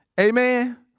Amen